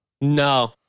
No